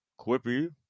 quippy